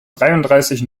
dreiunddreißig